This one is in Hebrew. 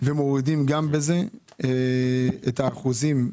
ומורידים גם בזה את האחוזים,